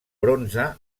bronze